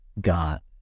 got